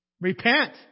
Repent